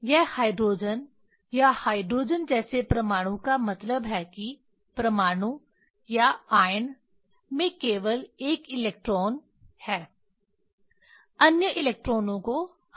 यह हाइड्रोजन या हाइड्रोजन जैसे परमाणु का मतलब है कि परमाणु या आयन में केवल 1 इलेक्ट्रॉन है अन्य इलेक्ट्रॉनों को हटा दिया गया है